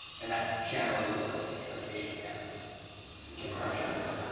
and that generally works because asian parents can crush dreams.